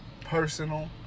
personal